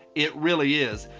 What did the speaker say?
it really is.